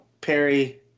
Perry